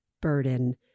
burden